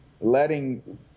letting